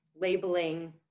labeling